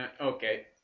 Okay